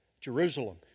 Jerusalem